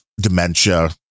dementia